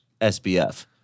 SBF